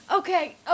Okay